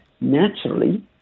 naturally